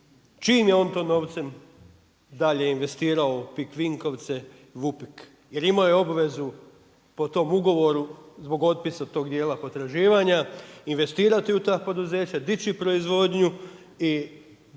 čijim je to novcem dalje investirao u PIK Vinkovce, VUPIK jer imao je obvezu po tom ugovoru zbog otpisa tog dijela potraživanja investirati u ta poduzeća, dići proizvodnju i